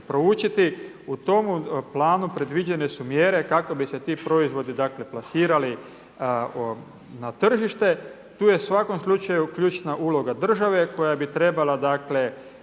proučiti. U tomu planu predviđene su mjere kako bi se ti proizvodi dakle plasirali na tržište. Tu je u svakom slučaju ključna uloga države koja bi trebala dakle